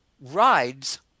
rides